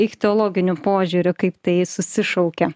ichtiologiniu požiūriu kaip tai susišaukia